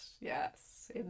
Yes